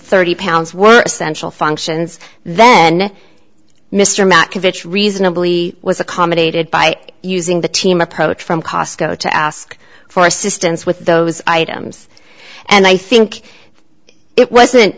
thirty pounds worth central functions then mr mccabe it's reasonably was accommodated by using the team approach from cosco to ask for assistance with those items and i think it wasn't